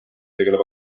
tegeleb